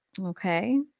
Okay